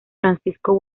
francesco